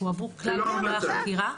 הועברו כלל חומרי החקירה.